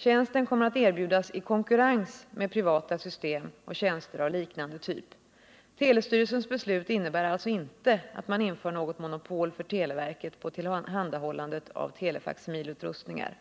Tjänsten kommer att erbjudas i konkurrens med privata system och tjänster av liknande typ. Telestyrelsens beslut innebär alltså inte att man inför något monopol för televerket på tillhandahållandet av telefaksimilutrustningar.